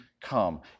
come